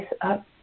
up